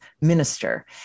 minister